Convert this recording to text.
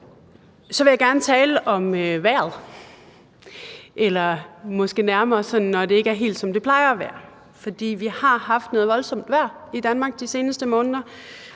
Så vil jeg gerne tale om vejret eller måske nærmere om, at det ikke er helt, som det plejer at være. For vi har haft noget voldsomt vejr i Danmark de seneste måneder.